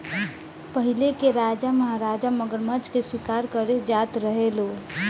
पहिले के राजा महाराजा मगरमच्छ के शिकार करे जात रहे लो